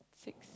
six